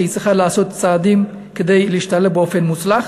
שצריכה לעשות צעדים כדי להשתלב באופן מוצלח,